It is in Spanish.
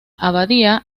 abadía